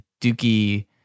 Dookie